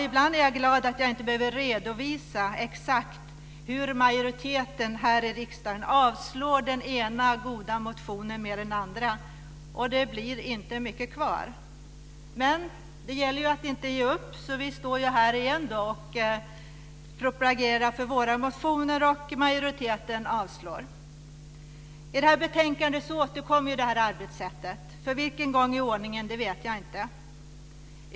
Ibland är jag glad över att jag inte behöver redovisa exakt hur majoriteten i riksdagen avslår den ena goda motionen efter den andra. Det blir inte mycket kvar. Men, det gäller att inte ge upp, och vi står här igen och propagerar för våra motioner och majoriteten avslår. I det här betänkandet återkommer det arbetssättet - för vilken gång i ordningen vet jag inte.